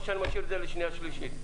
או שאשאיר זאת לשנייה ושלישית.